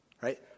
Right